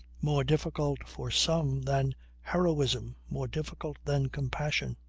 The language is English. more difficult for some than heroism. more difficult than compassion.